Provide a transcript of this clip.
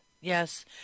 yes